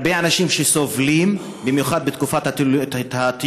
הרבה אנשים סובלים, במיוחד בתקופת הטיולים,